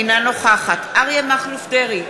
אינה נוכחת אריה מכלוף דרעי,